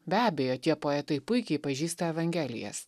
be abejo tie poetai puikiai pažįsta evangelijas